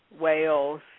Wales